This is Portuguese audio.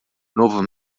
novo